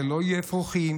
זה לא יהיה אפרוחים,